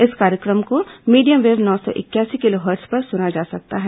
इस कार्यक्रम को मीडियम वेव नौ सौ इकयासी किलोहर्ट्ज पर सुना जा सकता है